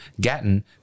Gatton